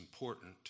important